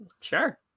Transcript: sure